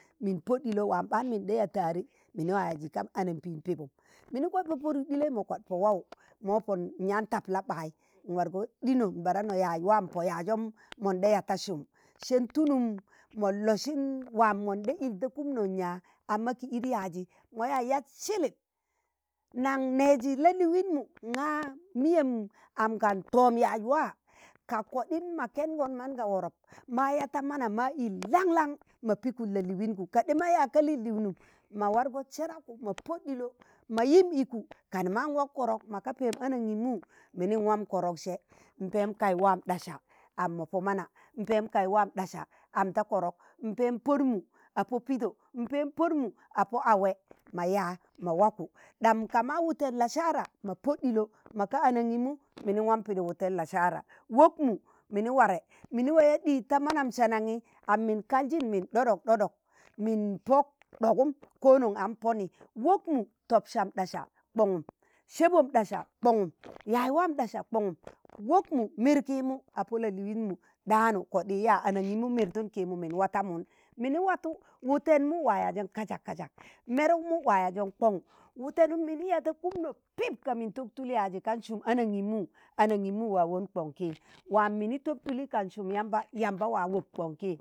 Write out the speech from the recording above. Mịn pọd ɗịlọ wam ɓaan mịn ɗe ya tare mịnị wa yaajị ga anambẹẹn pim pịbụm, mịni kwa pọ pọdụk ɗịle ma kwad po wawụ ma pọnụm nyaan tạp la ɓayị, nwargọ ɗịnọ n badụno yaaj wam po yajom mọnɗa yaa ta sum sẹn tụlụm mọn losịn wam monɗa ịl ta kụmno n ya, amma kị ịd yaajị mọya yaad sịlịp nan nẹẹjị lalịịnmụ nga mịyẹm am gan tọm yaaj wa, ka kọɗịm ma kẹngọn man ga warọp, ma ya ta mana ma ịl langlang ma pịkụd lalịịngụ, ka ɗịma yaag ka lalịịịngnụm ma wargọ sẹrakụ ma pọd ɗịlọ ma yịm ịku kan mank wak kọrọk, ma gaa pẹm anangịmụ minim wam korok se m pẹm kaị wam ɗasa, am mo pọ mana m pẹm kaị wam ɗasa am da kọrọk m pẹm pọdmụ, a pọ pịdọ mpem pod mu a po awẹ, ma yaa ma wakụ, ɗam ka ma wụtẹn lasara ma pọd ɗịlọ ma ga anangịmụ mịnị wam pịdị wụtẹn lasara wọk mụ mịnị warẹ mịnị wa ɗị ta manam sananyẹ am mịn kaljịn mịn ɗodok ̣ɗọdok mịn pọk ɗọgọm ko non an pọnị, wọk mụ tọp sam ɗasa kọngụm sẹbom ɗasa kọngụm, yaaj wam ɗasa kangụm, wọk mụ mịr kịmụ a pọ lalịịnmụ ɗaanụ kọɗị ya, anangịmụ mịr tuum kịmụ mịn wata mụn, mịnị watụ wụtẹn mụ wa yaajọ kajak kajak, mẹrug mụ ma yaajọ kọng wutẹnụm mịnị ya da kụmnụ pịp ka mịn tọk tụl yaajị ka sụm anangịmụ anangimu wa won kọng kị, wam mịnị tọp tụlẹ ka sụm yamba yamba wa wọp kọng kị.